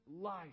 life